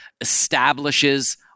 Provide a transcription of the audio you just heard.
establishes